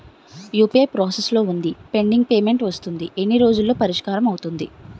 UPI process లో వుందిపెండింగ్ payment వస్తుంది ఎన్ని రోజుల్లో పరిష్కారం అవుతుంది